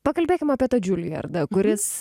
pakalbėkime apie tą džiulijardą kuris